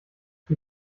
sie